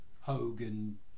Hogan